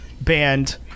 band